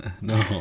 No